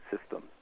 system